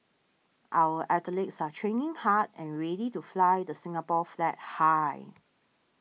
our athletes are training hard and ready to fly the Singapore flag high